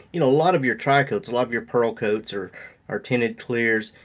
you know a lot of your tricoats, a lot of your pearl coats or or tinted clears.